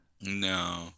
No